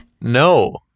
No